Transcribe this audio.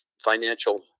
financial